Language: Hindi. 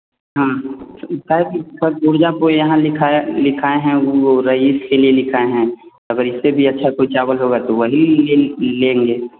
हाँ सर सर ऊर्जा ऊर्जा को यहाँ लिखाया लिखाए हैं वह रईस के लिए लिखा हैं रईस से भी अच्छा कोई चावल होगा तो वही लिए ले लेंगे